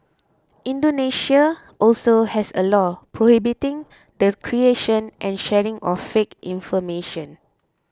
Indonesia also has a law prohibiting the creation and sharing of fake information